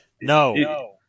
no